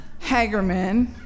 Hagerman